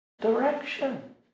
direction